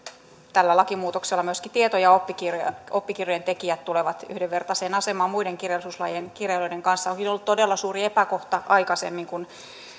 tällä lakimuutoksella myöskin tieto ja oppikirjojen ja oppikirjojen tekijät tulevat yhdenvertaiseen asemaan muiden kirjallisuuslajien kirjailijoiden kanssa onkin ollut todella suuri epäkohta aikaisemmin